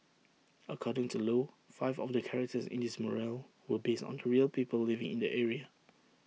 according to low five of the characters in this mural were based onto real people living in the area